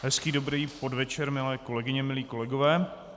Hezký dobrý podvečer, milé kolegyně, milí kolegové.